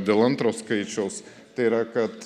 dėl antro skaičiaus tai yra kad